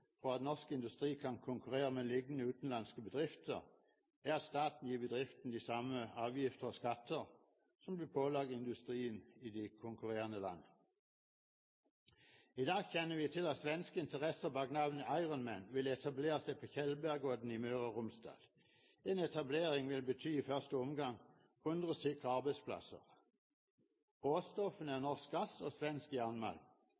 for at norsk industri kan konkurrere med liknende utenlandske bedrifter, er at staten gir bedriftene de samme avgifter og skatter som blir pålagt industrien i de konkurrerende land. I dag kjenner vi til at svenske interesser bak navnet Ironman vil etablere seg på Tjeldbergodden i Møre og Romsdal. En etablering vil i første omgang bety 100 sikre arbeidsplasser. Råstoffene er